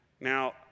Now